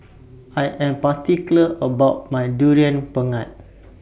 I Am particular about My Durian Pengat